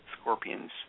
scorpion's